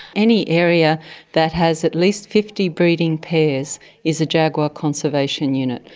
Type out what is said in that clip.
any area that has at least fifty breeding pairs is a jaguar conservation unit.